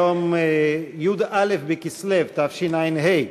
היום י"א בכסלו תשע"ה,